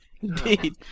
indeed